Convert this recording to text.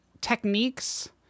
techniques